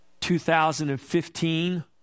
2015